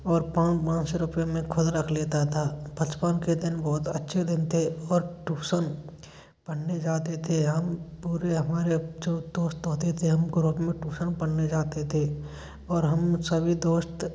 और पाँच पाँच सौ रुपये मैं ख़ुद रख लेता था बचपन के दिन बहुत अच्छे दिन थे और टूसन पढ़ने जाते थे हम पूरे हमारे जो दोस्त होते थे हम को रौब में टूसन पढ़ने जाते थे और हम सभी दोस्त